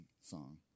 song